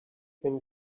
can